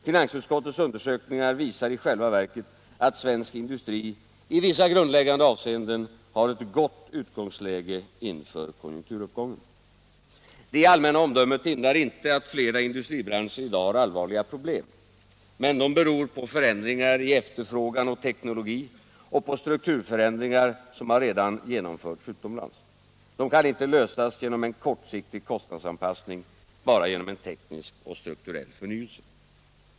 Finansutskottets undersökningar visar i själva verket att svensk industri i vissa grundläggande avseenden har ett gott utgångsläge inför konjunkturuppgången. Det allmänna omdömet hindrar inte att flera industribranscher i dag har allvarliga problem, men de beror på förändringar i efterfrågan och teknologi och på strukturförändringar som redan genomförts utomlands. De kan inte lösas genom en kortsiktig kostnadsanpassning utan bara genom en teknisk och strukturell förnyelse.